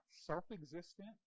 self-existent